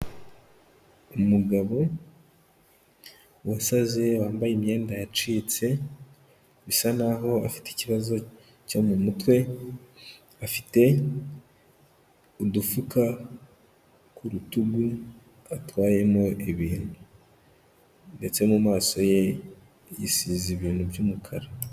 Umugabo wasaze wambaye imyenda yacitse bisa naho afite ikibazo cyo mu mutwe, afite udufuka ku rutugu atwayemo ibintu ndetse mu maso ye yisize ibintu by'umukara.